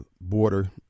border